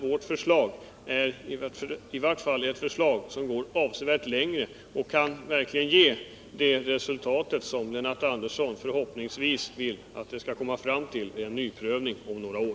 Vårt förslag sträcker sig i varje fall långt och kan verkligen ge det resultat som Lennart Andersson förhoppningsvis önskar att vi skall kunna uppnå vid en nyprövning om några år.